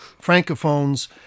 francophones